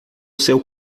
seu